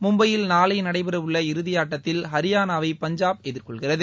மும்பையில் நாளை நடைபெறவுள்ள இறுதியாட்டத்தில் ஹரியானாவை பஞ்சாப் எதிர்கொள்கிறது